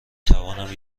توانم